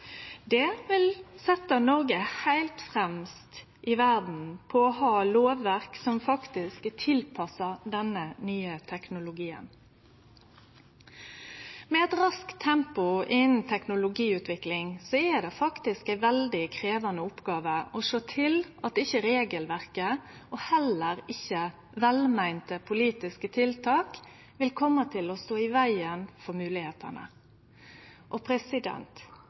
Det vil setje Noreg heilt fremst i verda når det gjeld å ha lovverk som faktisk er tilpassa denne nye teknologien. Med eit raskt tempo innan teknologiutvikling er det faktisk ei veldig krevjande oppgåve å sjå til at verken regelverk eller velmeinte politiske tiltak vil kome til å stå i vegen for